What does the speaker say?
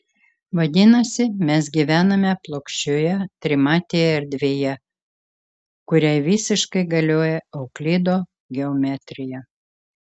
vadinasi mes gyvename plokščioje trimatėje erdvėje kuriai visiškai galioja euklido geometrija